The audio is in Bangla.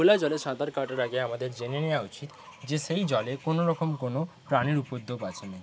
খোলা জলে সাঁতার কাটার আগে আমাদের জেনে নেওয়া উচিৎ যে সেই জলে কোনোরকম কোন প্রাণীর উপদ্রব আছে নাকি